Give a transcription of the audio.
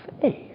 faith